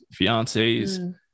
fiancés